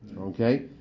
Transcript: Okay